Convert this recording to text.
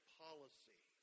policy